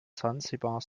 sansibar